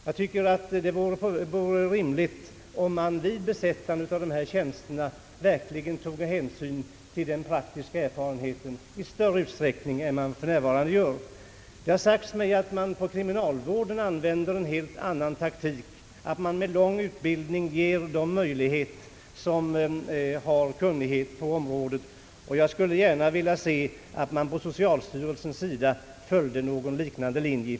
Jag tycker att det skulle vara rimligt om man vid besättandet av dessa tjänster toge hänsyn till den praktiska erfarenheten i större utsträckning än som för närvarande sker. Det har sagts att man inom kriminalvården använder en helt annan taktik; där har folk med lång erfarenhet och kunnighet på området möjlighet att få motsvarande tjänster. Jag skulle gärna se att man från socialstyrelsens sida i fortsättningen följde en liknande linje.